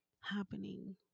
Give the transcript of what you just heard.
happening